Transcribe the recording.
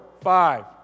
five